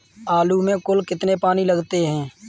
आलू में कुल कितने पानी लगते हैं?